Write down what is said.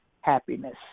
happiness